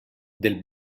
del